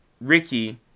Ricky